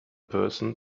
person